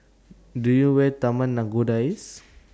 Do YOU Where Taman Nakhodas IS